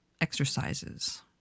exercises